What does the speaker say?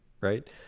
right